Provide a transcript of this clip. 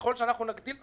ככל שנגדיל את